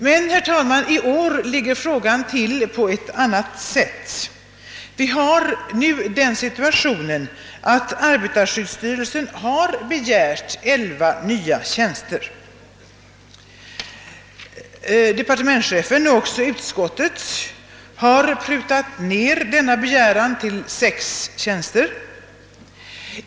I år, herr talman, ligger det annorlunda till, eftersom arbetarskyddsstyrelsen har begärt elva nya tjänster. Departementschef och utskott har prutat ned denna begäran till sex tjänster.